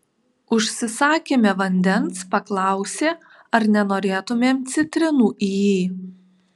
užsisakėme vandens paklausė ar nenorėtumėm citrinų į jį